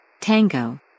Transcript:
Tango